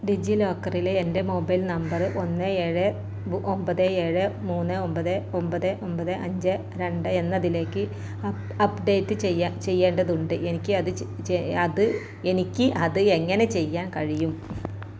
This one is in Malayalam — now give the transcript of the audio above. ഡിജി ലോക്കറിലെ എൻ്റെ മൊബൈൽ നമ്പർ ഒന്ന് ഏഴ് ബ് ഒമ്പത് ഏഴ് മൂന്ന് ഒമ്പത് ഒമ്പത് ഒമ്പത് അഞ്ച് രണ്ട് എന്നതിലേക്ക് അപ് അപ്ഡേറ്റ് ചെയ്യാ ചെയ്യേണ്ടതുണ്ട് എനിക്ക് അത് അത് എനിക്ക് അത് എങ്ങനെ ചെയ്യാൻ കഴിയും